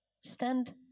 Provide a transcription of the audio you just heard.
Stand